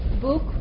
book